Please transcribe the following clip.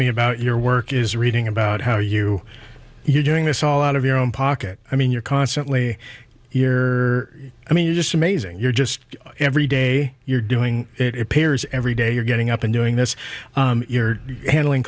me about your work is reading about how you you're doing this all out of your own pocket i mean you're constantly year i mean just amazing you're just every day you're doing it appears every day you're getting up and doing this you're handling